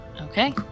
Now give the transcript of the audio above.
Okay